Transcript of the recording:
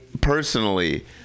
personally